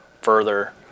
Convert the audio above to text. further